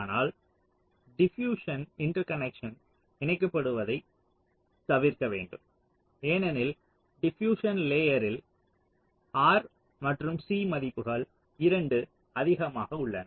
ஆனால் diffusion interconnection இணைக்கப்படுவதைத் தவிர்க்க வேண்டும் ஏனெனில் டிபியூஸ்சன் லேயர்ரில் R மற்றும் C மதிப்புகள் இரண்டும் அதிகமாக உள்ளன